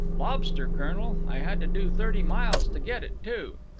lobster, colonel. i had to do thirty miles to get it, too.